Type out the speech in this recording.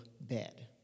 bed